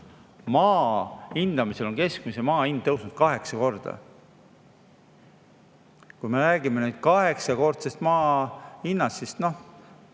maa hindamisel on keskmise maa hind tõusnud kaheksa korda. Kui me räägime kaheksakordsest maa hinnast, siis